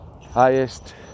highest